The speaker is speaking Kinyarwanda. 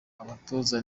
abatoza